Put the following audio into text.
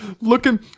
looking